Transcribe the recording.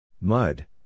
Mud